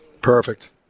Perfect